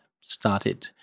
started